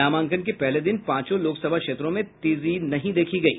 नामांकन के पहले दिन पांचों लोकसभा क्षेत्रों में तेजी नहीं देखी गयी